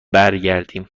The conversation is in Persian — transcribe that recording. برگردیم